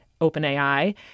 OpenAI